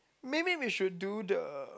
maybe we should do the